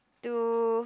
two